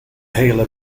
hele